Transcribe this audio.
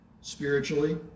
spiritually